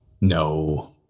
No